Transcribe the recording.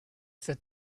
sit